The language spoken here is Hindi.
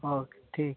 ओके ठीक